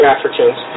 Africans